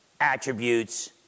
attributes